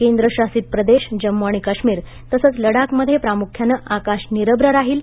केंद्र शासित प्रदेश जम्मू आणि काश्मीर तसंच लडाखमध्ये प्रामुख्यानं आकाश निरभ्र राहील